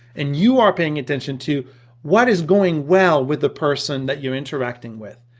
and you are paying attention to what is going well with the person that you're interacting with,